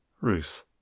Ruth